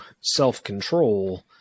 self-control